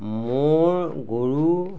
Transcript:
মোৰ গৰু